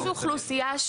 אי אפשר טלפון כי